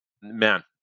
man